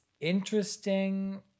interesting